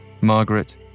Margaret